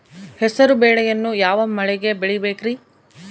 ಹೆಸರುಬೇಳೆಯನ್ನು ಯಾವ ಮಳೆಗೆ ಬೆಳಿಬೇಕ್ರಿ?